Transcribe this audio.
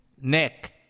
Nick